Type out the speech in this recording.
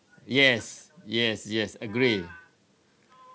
yes yes yes agree